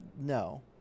no